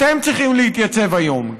אתם צריכים להתייצב היום.